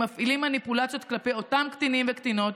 מפעילים מניפולציות כלפי אותם קטינים וקטינות,